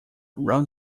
ron